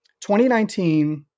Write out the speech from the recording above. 2019